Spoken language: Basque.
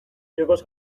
jokoz